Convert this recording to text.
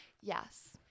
Yes